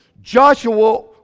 Joshua